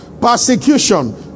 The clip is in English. persecution